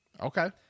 Okay